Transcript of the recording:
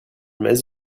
mets